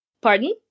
Pardon